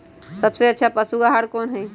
सबसे अच्छा पशु आहार कोन हई?